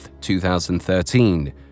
2013